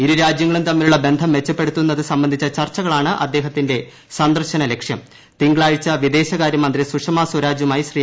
ഇരു രാജ്യങ്ങളും തമ്മിലുളള ബന്ധം മെച്ചപ്പെടുത്തുന്നത് സ്ട്ബന്ധിച്ച ചർച്ചകളാണ് അദ്ദേഹത്തിന്റെ സന്ദർശന ലക്ഷ്യര് തിങ്ക്ളാഴ്ച വിദേശകാര്യ മന്ത്രി സുഷമ സ്വരാജുമായി ശ്രീ